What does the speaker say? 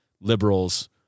liberals